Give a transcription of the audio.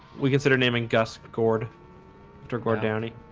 we considered naming gus cord after cord, downey